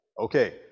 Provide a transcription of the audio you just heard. Okay